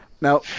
now